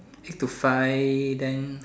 eight to five then